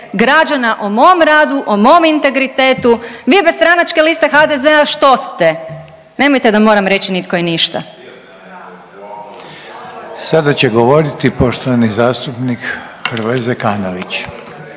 građana o mom radu, o mom integritetu. Vi bez stranačke liste HDZ-a što ste? Nemojte da moram reći nitko i ništa. **Reiner, Željko (HDZ)** Sada će govoriti poštovani zastupnik Hrvoje Zekanović.